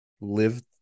live